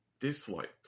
dislike